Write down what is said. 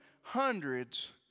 hundreds